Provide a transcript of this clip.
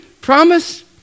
promise